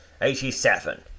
Eighty-seven